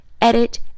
edit